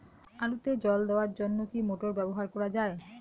আলুতে জল দেওয়ার জন্য কি মোটর ব্যবহার করা যায়?